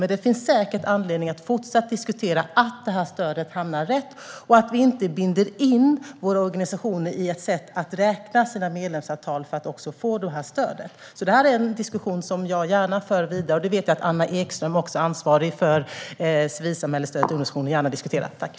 Men det finns säkert anledning att fortsätta att diskutera att stödet hamnar rätt och att vi inte binder in våra organisationer i ett sätt att räkna sitt medlemsantal för att också få detta stöd. Det är en diskussion som jag gärna för, och jag vet att Anna Ekström, ansvarig för civilsamhällesstöd till ungdomsorganisationer, också gärna diskuterar detta.